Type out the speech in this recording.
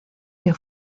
que